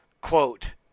quote